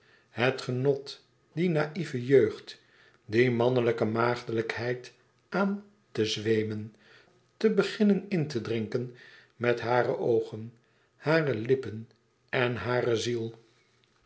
het genot die naïve jeugd die mannelijke maagdelijkheid aan te zweemen te beginnen in te drinken met hare oogen hare lippen en hare ziel